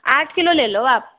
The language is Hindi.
आठ किलो ले लो आप